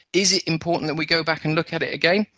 is it important that we go back and look at it again?